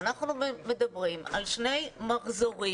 אנחנו מדברים על שני מחזורים